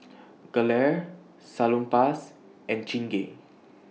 Gelare Salonpas and Chingay